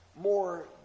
more